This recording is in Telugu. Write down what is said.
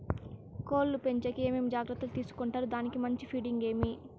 కోళ్ల పెంచేకి ఏమేమి జాగ్రత్తలు తీసుకొంటారు? దానికి మంచి ఫీడింగ్ ఏమి?